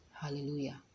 Hallelujah